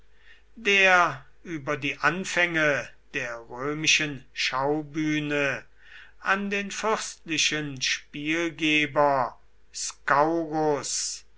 der über die anfänge der römischen schaubühne an den fürstlichen spielgeber